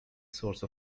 source